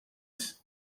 isi